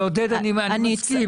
לעודד אנחנו רוצים,